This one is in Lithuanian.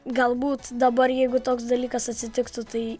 galbūt dabar jeigu toks dalykas atsitiktų tai